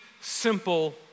simple